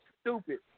stupid